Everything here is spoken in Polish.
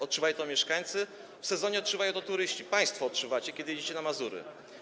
Odczuwają to mieszkańcy, w sezonie odczuwają to turyści, państwo odczuwacie, kiedy jedziecie na Mazury.